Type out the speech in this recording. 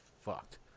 fucked